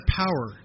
power